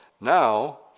now